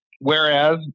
whereas